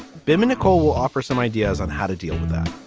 baby nicole will offer some ideas on how to deal with that